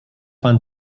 pan